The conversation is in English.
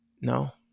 no